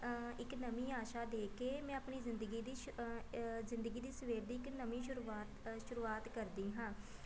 ਇੱਕ ਨਵੀਂ ਆਸ਼ਾ ਦੇ ਕੇ ਮੈਂ ਆਪਣੀ ਜ਼ਿੰਦਗੀ ਦੀ ਸ਼ੁ ਜ਼ਿੰਦਗੀ ਦੀ ਸਵੇਰ ਦੀ ਇੱਕ ਨਵੀਂ ਸ਼ੁਰੂਆਤ ਸ਼ੁਰੂਆਤ ਕਰਦੀ ਹਾਂ